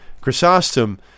Chrysostom